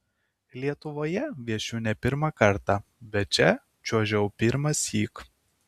lietuvoje viešiu ne pirmą kartą bet čia čiuožiau pirmąsyk